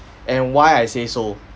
and why I say so